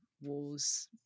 wars